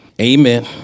Amen